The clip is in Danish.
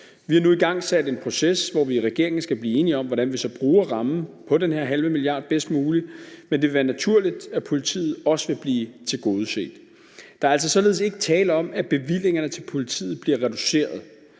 Vi har nu igangsat en proces, hvor vi i regeringen skal blive enige om, hvordan vi så bruger rammen på den her halve milliard bedst muligt. Men det vil være naturligt, at politiet også vil blive tilgodeset. Der er altså således ikke tale om, at bevillingerne til politiet bliver reduceret.